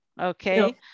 okay